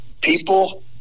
People